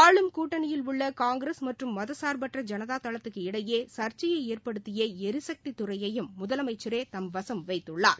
ஆளும் கூட்டணியில் உள்ள காங்கிரஸ் மற்றும் மதச்சார்ப்பற்ற ஜனதா தளத்துக்கு இடையே சர்ச்சையை ஏற்படுத்திய எரிசக்தி துறையையும் முதலமைச்சரே தம் வசம் வைத்துள்ளார்